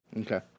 Okay